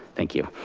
thank you.